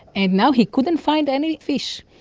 and now he couldn't find any fish.